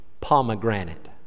pomegranate